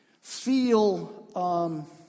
feel